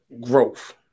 growth